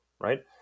right